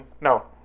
No